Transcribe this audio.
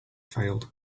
failed